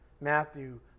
Matthew